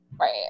right